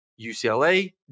UCLA